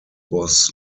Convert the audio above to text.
was